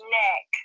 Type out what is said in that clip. neck